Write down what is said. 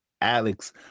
Alex